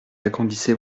agrandissez